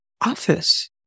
office